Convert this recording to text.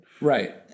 Right